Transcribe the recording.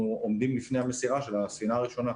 עומדים לפני המסירה של הספינה הראשונה.